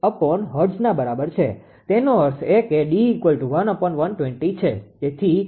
તેનો અર્થ એ કે D1120 છે